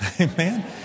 Amen